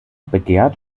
begehrt